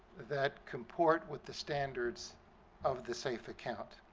that comport with the standards of the safe account.